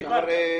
חבר'ה.